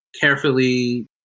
carefully